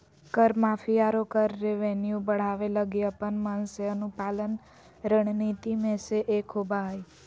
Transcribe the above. कर माफी, आरो कर रेवेन्यू बढ़ावे लगी अपन मन से अनुपालन रणनीति मे से एक होबा हय